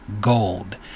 Gold